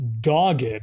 dogged